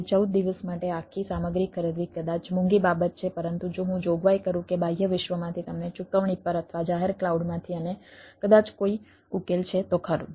તે 14 દિવસ માટે આખી સામગ્રી ખરીદવી કદાચ મોંઘી બાબત છે પરંતુ જો હું જોગવાઈ કરું કે બાહ્ય વિશ્વમાંથી તમને ચૂકવણી પર અથવા જાહેર ક્લાઉડમાંથી અને કદાચ કોઈ ઉકેલ છે તો ખરું